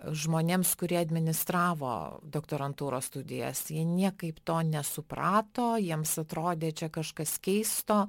žmonėms kurie administravo doktorantūros studijas jie niekaip to nesuprato jiems atrodė čia kažkas keisto